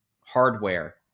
hardware